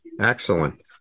Excellent